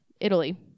Italy